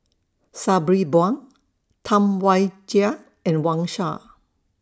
Sabri Buang Tam Wai Jia and Wang Sha